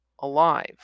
alive